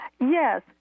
Yes